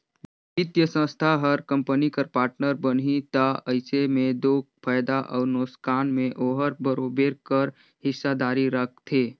बित्तीय संस्था हर कंपनी कर पार्टनर बनही ता अइसे में दो फयदा अउ नोसकान में ओहर बरोबेर कर हिस्सादारी रखथे